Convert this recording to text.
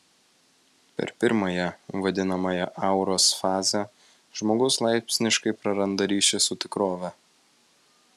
per pirmąją vadinamąją auros fazę žmogus laipsniškai praranda ryšį su tikrove